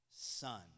son